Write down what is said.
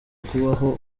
kubaho